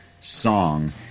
song